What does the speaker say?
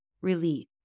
relief